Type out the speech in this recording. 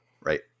right